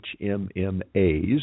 HMMAs